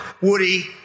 Woody